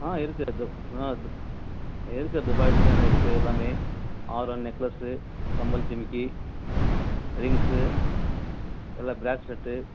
ஆ இருக்குது இது ஆ அது இருக்கு துபாய் டிசைன் இருக்குது எல்லாமே ஆரம் நெக்லஸ்ஸு கம்மல் ஜிமிக்கி ரிங்ஸ்ஸு எல்லாம் ப்ரேஸ்லெட்டு